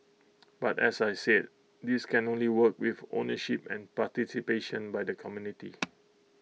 but as I said this can only work with ownership and participation by the community